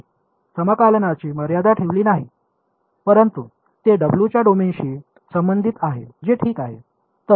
मी समाकलनाची मर्यादा ठेवली नाही परंतु ते डब्ल्यूच्या डोमेनशी संबंधित आहेत जे ठीक आहे